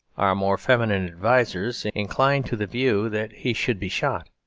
our more feminine advisers incline to the view that he should be shot.